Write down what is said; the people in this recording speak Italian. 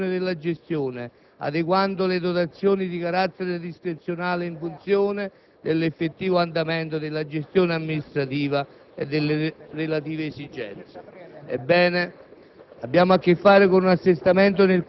Questo assestamento effettua la ricognizione della gestione, adeguando le dotazioni di carattere discrezionale in funzione dell'effettivo andamento della gestione amministrativa e delle relative esigenze.